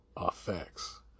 Effects